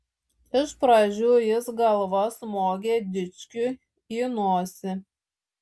iš pradžių jis galva smogė dičkiui į nosį